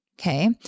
okay